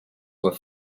were